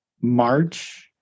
March